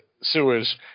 sewers